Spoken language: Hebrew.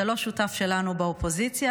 זה לא שותף שלנו באופוזיציה,